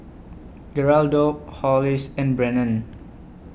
Geraldo Hollis and Brennon